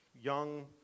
young